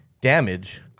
damage